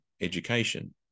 education